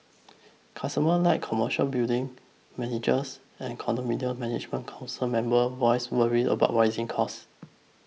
customers like commercial building managers and condominium management council members voiced worries about rising costs